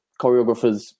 choreographers